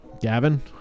Gavin